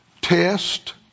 test